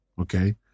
Okay